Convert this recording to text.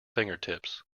fingertips